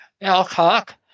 Alcock